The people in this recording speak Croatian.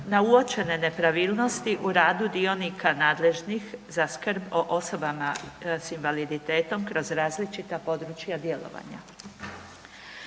na uočene nepravilnosti u dionika nadležnih za skrb o osobama s invaliditetom kroz različita područja djelovanja.